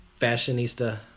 Fashionista